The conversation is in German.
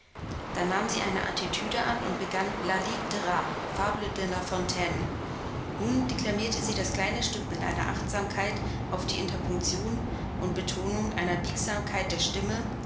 dann nahm sie eine attitüde an und begann la ligue des rats fable de l fontaine nun deklamierte sie das kleine stück mit einer achtsamkeit auf die interpunktion und betonung einer biegsamkeit der stimme